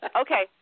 Okay